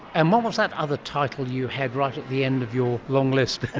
and what was that other title you had right at the end of your long list?